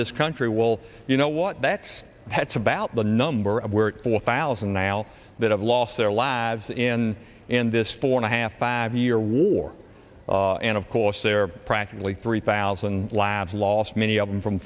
this country will you know what that's that's about the number four thousand now that have lost their lives in in this four and a half five year war and of course there are practically three thousand labs lost many of them from